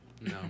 No